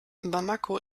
bamako